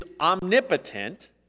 omnipotent